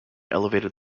elevated